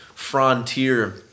Frontier